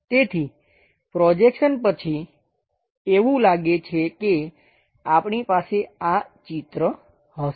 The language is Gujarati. તેથી પ્રોજેક્શન પછી એવું લાગે છે કે આપણી પાસે આ ચિત્ર હશે